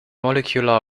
molecular